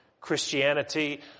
Christianity